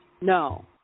No